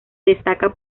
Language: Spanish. destaca